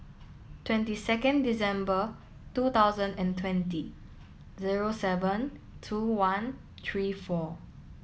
twenty second Dec two thousand and twenty zero seven two one three four